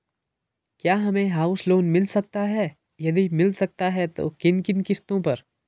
क्या हमें house loan मिल सकता है यदि मिल सकता है तो किन किन शर्तों पर?